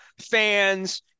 fans